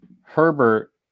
Herbert